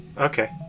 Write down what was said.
Okay